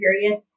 period